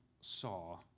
saw